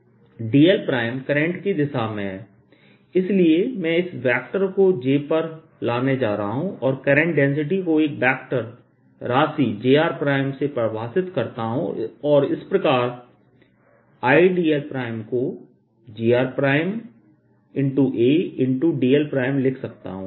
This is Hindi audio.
3 Idljradl Idl jradljrdV इसलिए मैं इस वेक्टर को j पर लाने जा रहा हूं और करंट डेंसिटी को एक वेक्टर राशि jr से परिभाषित करता हूं और इस प्रकार Idlको jradlलिख सकता हूं